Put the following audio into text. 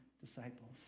disciples